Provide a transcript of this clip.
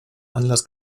anlass